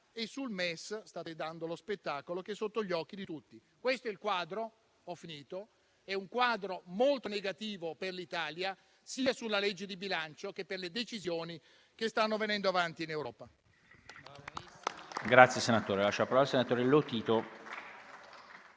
e sul MES state dando lo spettacolo che è sotto gli occhi di tutti. Questo è il quadro: è un quadro molto negativo per l'Italia, sia sulla manovra di bilancio che per le decisioni che stanno venendo avanti in Europa.